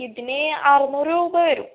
ഇതിന് അറുനൂറ് രൂപ വരും